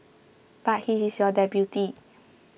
but he is your deputy